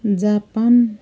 Japan